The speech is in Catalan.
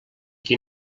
qui